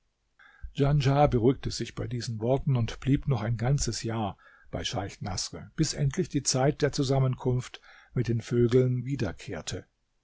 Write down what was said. djanschah beruhigte sich bei diesen worten und blieb noch ein ganzes jahr bei scheich naßr bis endlich die zeit der zusammenkunft mit den vögeln wiederkehrte